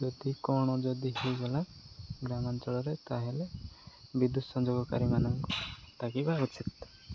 ଯଦି କଣ ଯଦି ହେଇଗଲା ଗ୍ରାମାଞ୍ଚଳରେ ତାହେଲେ ବିଦ୍ୟୁତ ସଂଯୋଗକାରୀମାନଙ୍କୁ ଡାକିବା ଉଚିତ